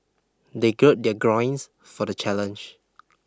they gird their groins for the challenge